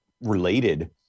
related